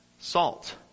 salt